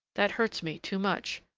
that hurts me too much.